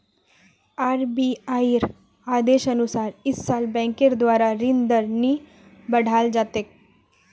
आरबीआईर आदेशानुसार इस साल बैंकेर द्वारा ऋण दर नी बढ़ाल जा तेक